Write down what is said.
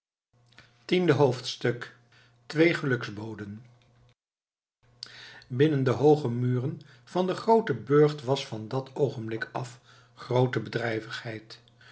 tiende hoofdstuk twee geluksboden binnen de hooge muren van den grooten burcht was van dat oogenblik af groote bedrijvigheid